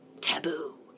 taboo